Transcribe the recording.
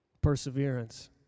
perseverance